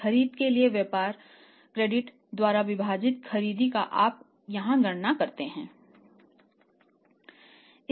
खरीद के लिए व्यापार क्रेडिट द्वारा विभाजित खरीद का आप यहां गणना करते हैं